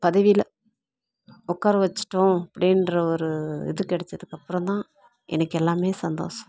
பதவியில் உட்கார வச்சுட்டோம் அப்படின்ற ஒரு இது கிடச்சதுக்கப்பறம் தான் எனக்கெல்லாமே சந்தோஷம்